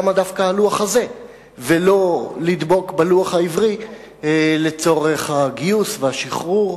למה דווקא הלוח הזה ולא לדבוק בלוח העברי לצורך הגיוס והשחרור?